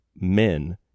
men